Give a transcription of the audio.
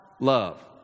love